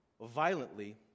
violently